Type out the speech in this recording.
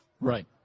Right